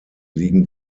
liegen